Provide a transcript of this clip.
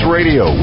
Radio